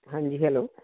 ਹਾਂਜੀ ਹੈਲੋ